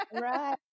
right